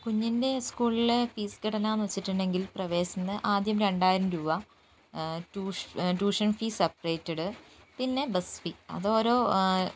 കുഞ്ഞിൻ്റെ സ്കൂളിലെ ഫീസ് ഘടന എന്നു വച്ചിട്ടുണ്ടെങ്കിൽ പ്രവേശനത്തിന് ആദ്യം രണ്ടായിരം രൂപ ട്യൂഷൻ ഫീ സെപ്പറേറ്റഡ് പിന്നെ ബസ് ഫീ അതോരോ